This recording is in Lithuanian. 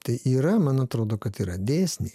tai yra man atrodo kad yra dėsniai